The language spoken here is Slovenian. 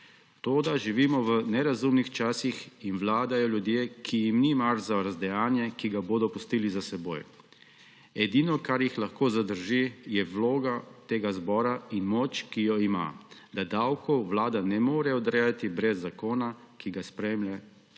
Toda živimo v nerazumnih časih in vladajo ljudje, ki jim ni mar za razdejanje, ki ga bodo pustili za seboj. Edino, kar jih lahko zadrži, je vloga tega zbora in moč, ki jo ima, da davkov Vlada ne more odrejati brez zakona, ki ga sprejme